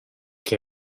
che